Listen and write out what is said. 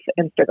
Instagram